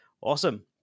awesome